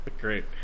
Great